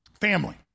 family